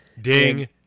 Ding